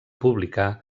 publicar